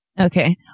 Okay